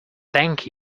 thank